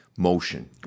Motion